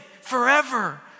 forever